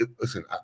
listen